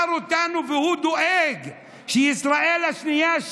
והוא דואג שישראל השנייה,